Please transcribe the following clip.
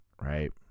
Right